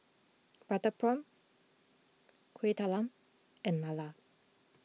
Butter Prawn Kueh Talam and Lala